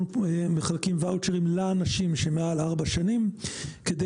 אנחנו מחלקים ואוצ'רים לאנשים שמעל ארבע שנים כדי